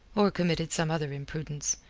or committed some other imprudence,